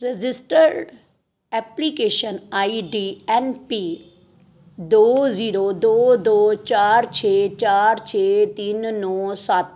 registered application I D N P ਦੋ zero ਦੋ ਦੋ ਚਾਰ ਛੇ ਚਾਰ ਛੇ ਤਿੰਨ ਨੌਂ ਸੱਤ